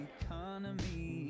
economy